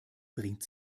bringt